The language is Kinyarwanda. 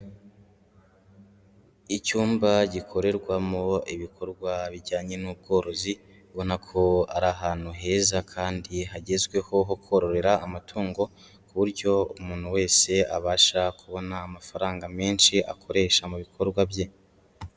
Icyumba gikorerwamo ibikorwa bijyanye n'ubworozi, ubona ko ari ahantu heza kandi hagezweho ho korohera amatungo, ku buryo umuntu wese abasha kubona amafaranga menshi akoresha mu bikorwa bye.